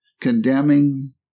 condemning